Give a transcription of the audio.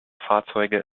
fahrzeuge